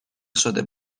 شده